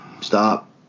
Stop